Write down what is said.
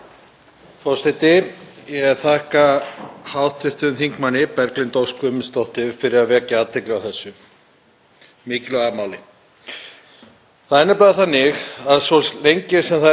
Það er nefnilega þannig að svo lengi sem það er ekki markviss stefna ríkisstjórnarinnar að íbúar Vestmannaeyja, Flateyjar, Hríseyjar og Grímseyjar séu fluttir nauðungarflutningum úr eyjum og í land